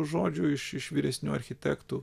žodžių iš iš vyresnių architektų